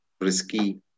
risky